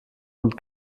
und